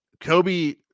Kobe